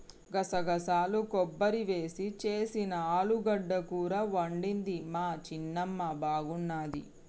గసగసాలు కొబ్బరి వేసి చేసిన ఆలుగడ్డ కూర వండింది మా చిన్నమ్మ బాగున్నది